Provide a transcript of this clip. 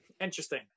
Interesting